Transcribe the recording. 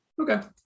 okay